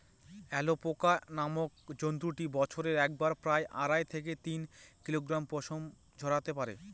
alpaca নামক জন্তুটি বছরে একবারে প্রায় আড়াই থেকে তিন কিলোগ্রাম পশম ঝোরাতে পারে